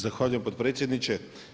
Zahvaljujem potpredsjedniče.